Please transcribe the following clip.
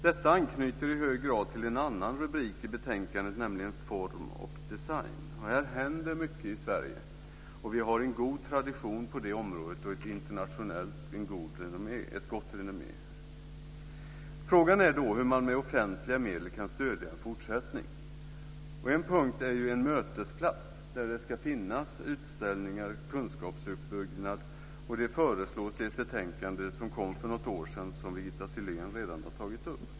Detta anknyter i hög grad till en annan rubrik i betänkandet, nämligen Form och design. I det sammanhanget händer det mycket i Sverige. Vi har en god tradition på det området och ett internationellt gott renommé. Frågan är hur man med offentliga medel kan stödja en fortsättning av detta. En väg är en mötesplats för utställningar och kunskapsuppbyggnad, och det föreslås i ett betänkande som kom för något år sedan och som Birgitta Sellén redan har tagit upp.